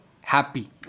happy